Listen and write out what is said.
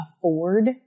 afford